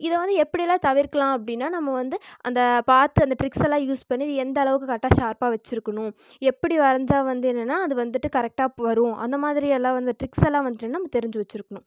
இதை வந்து எப்படில்லாம் தவிர்க்கலாம் அப்படின்னா நம்ம வந்து அந்த பார்த்து அந்த ட்ரிக்ஸ் எல்லா யூஸ் பண்ணி எந்த அளவுக்கு கரெக்டாக ஷார்ப்பாக வச்சுருக்குணும் எப்படி வரஞ்சால் வந்து என்னென்னா அது வந்துவிட்டு கரெக்டாக வரும் அந்த மாதிரியெல்லாம் வந்து ட்ரிக்ஸ் எல்லா வந்துவிட்டு நம்ம தெரிஞ்சு வச்சுருக்கணும்